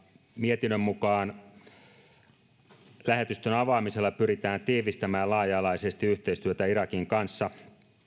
mietinnön mukaan lähetystön avaamisella pyritään tiivistämään laaja alaisesti yhteistyötä irakin kanssa